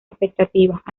expectativas